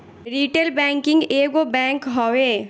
retail banking एगो bank हवे